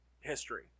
history